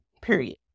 period